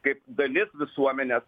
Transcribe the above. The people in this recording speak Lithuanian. kaip dalis visuomenės